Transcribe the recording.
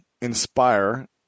inspire